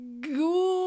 good